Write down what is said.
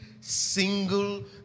single